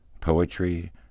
poetry